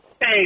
Hey